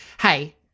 Hey